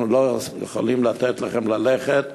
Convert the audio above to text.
אנחנו לא יכולים לתת לכם ללכת.